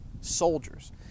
soldiers